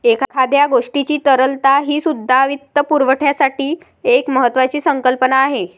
एखाद्या गोष्टीची तरलता हीसुद्धा वित्तपुरवठ्याची एक महत्त्वाची संकल्पना आहे